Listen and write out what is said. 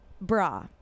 bra